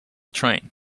train